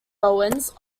owens